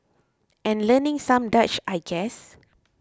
and learning some Dutch I guess